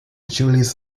julius